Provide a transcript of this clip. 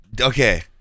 okay